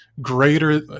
greater